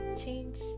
change